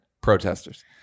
protesters